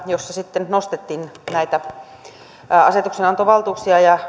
jossa sitten nostettiin näitä asetuksenantovaltuuksia ja